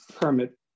permit